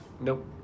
Nope